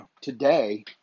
today